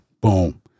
boom